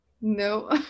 No